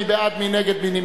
מי בעד?